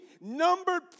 numbered